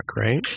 Right